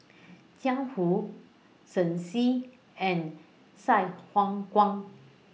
Jiang Hu Shen Xi and Sai Hua Kuan